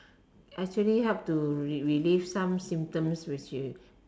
actually help to re~ relieve some symptoms which you